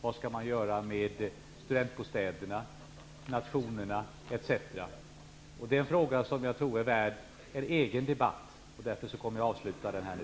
Vad skall man göra med studentbostäderna, nationerna, etc.? Det är en fråga som jag tror är värd en egen debatt. Därför kommer jag att avsluta denna nu.